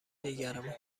دیگرمان